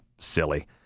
silly